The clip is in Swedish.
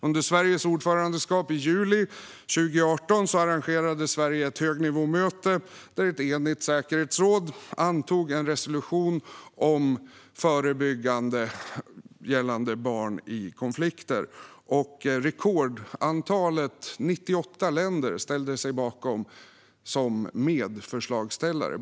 Under Sveriges ordförandeskap i juli 2018 arrangerade Sverige ett högnivåmöte, där ett enigt säkerhetsråd antog en resolution om förebyggande gällande barn i konflikter. Rekordmånga 98 länder ställde sig bakom Sveriges initiativ som medförslagsställare.